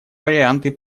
вариант